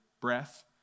breath